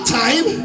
time